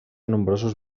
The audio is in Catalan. nombrosos